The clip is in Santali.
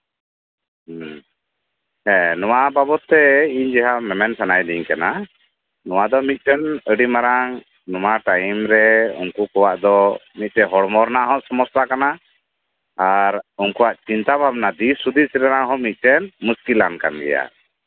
ᱦᱮᱸ ᱱᱚᱣᱟ ᱵᱟᱵᱚᱫ ᱛᱮ ᱤᱧ ᱡᱟᱦᱟᱸ ᱢᱮᱢᱮᱱ ᱥᱟᱱᱟᱭᱮᱫᱤᱧ ᱠᱟᱱᱟ ᱱᱚᱣᱟ ᱫᱚ ᱢᱤᱫᱴᱟᱝ ᱟᱹᱰᱤ ᱢᱟᱨᱟᱝ ᱱᱚᱣᱟ ᱴᱟᱭᱤᱢ ᱨᱮ ᱩᱱᱠᱩ ᱠᱚᱣᱟᱜ ᱫᱚ ᱥᱚᱢᱚᱥᱥᱟ ᱟᱨ ᱩᱱᱠᱩᱣᱟᱜ ᱪᱤᱱᱛᱟᱹ ᱵᱷᱟᱵᱽᱱᱟ ᱫᱤᱥ ᱦᱩᱫᱤᱥ ᱦᱚᱸ ᱟᱫᱚ ᱢᱩᱥᱠᱤᱞ ᱟᱱ ᱠᱟᱱ ᱜᱮᱭᱟ